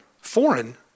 foreign